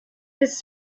his